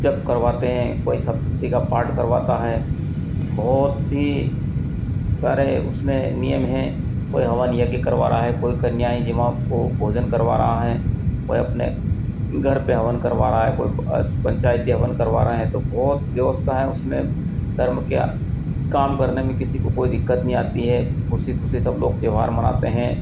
जप करवाते हैं कोई सप्त सती का पाठ करवाता है बहुत ही सारे उसमें नियम हैं कोई हवन यज्ञ करवा रहा है कोई कन्याएँ जीवां को भोजन करवा रहा है कोई अपने घर पर हवन करवा रहा है कोई पंचायती हवन करवा रहे हैं तो बहुत व्यवस्था है उसमें धर्म के काम करने में किसी को कोई दिक्कत नहीं आती है खुशी खुशी सब लोग त्योहार मनाते हैं